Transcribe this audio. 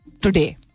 today